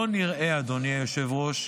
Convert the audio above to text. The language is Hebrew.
לא נראה, אדוני היושב-ראש,